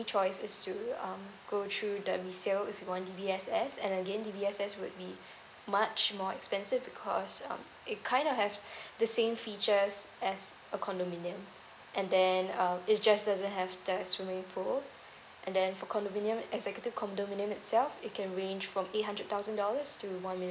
only choice is to um go through the resale if you want D_B_S_S and then again D_B_S_S would be much more expensive because um it kinda have the same features as a condominium and then um it just doesn't have the swimming pool and then for condominium executive condominium itself it can range from eight hundred thousand dollars to one